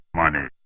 money